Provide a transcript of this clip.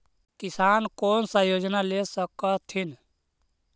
किसान कोन सा योजना ले स कथीन?